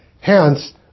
hence